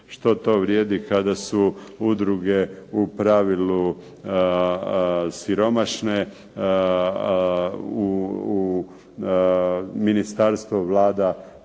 što to vrijedi kada su udruge u pravilu siromašne. Ministarstvo, Vlada,